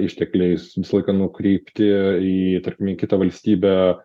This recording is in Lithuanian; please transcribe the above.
ištekliais visą laiką nukreipti į tarkim į kitą valstybę